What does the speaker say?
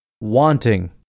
wanting